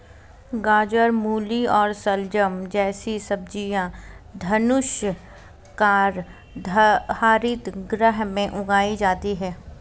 गाजर, मूली और शलजम जैसी सब्जियां धनुषाकार हरित गृह में उगाई जाती हैं